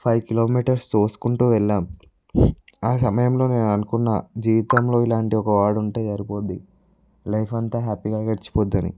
five kilometres తోసుకుంటూ వెళ్ళాం ఆసమయంలో నేను అనుకున్న జీవితంలో ఇలాంటి ఒక వాడుంటే సరిపోద్ది లైఫ్ అంతా హ్యాపీగా గడిచిపోద్ది అని